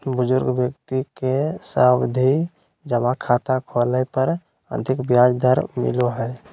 बुजुर्ग व्यक्ति के सावधि जमा खाता खोलय पर अधिक ब्याज दर मिलो हय